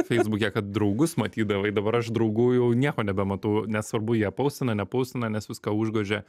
feisbuke kad draugus matydavai dabar aš draugų jau nieko nebematau nesvarbu jie paustina nepaustina nes viską užgožia